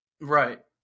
Right